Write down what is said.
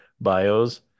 bios